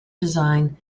design